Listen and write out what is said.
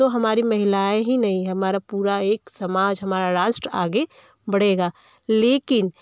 तो हमारी महिलाएँ ही नहीं हमारा पूरा एक समाज हमारा राष्ट्र आगे बढ़ेगा लेकिन